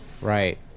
right